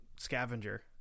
scavenger